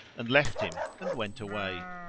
and left him and went away.